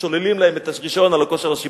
שוללים להם את הרשיון על הכושר השיפוטי,